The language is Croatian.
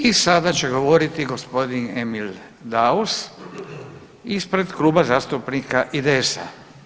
I sada će govoriti gospodin Emil Daus ispred Kluba zastupnika IDS-a.